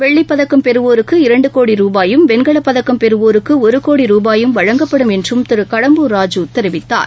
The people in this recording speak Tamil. வெள்ளிப்பதக்கம் பெறுவோருக்கு இரண்டு கோடி ரூபாயும் வென்கலப் பதக்கம் பெறுவோருக்கு ஒரு கோடி ரூபாயும் வழங்கப்படும் என்று திரு கடம்பூர் ராஜூ தெரிவித்தார்